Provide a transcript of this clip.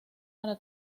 para